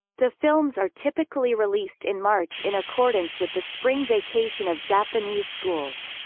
the films are typically released in march in accordance with the spring vacation of japanese schools.